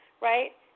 right